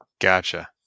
Gotcha